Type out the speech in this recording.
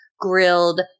grilled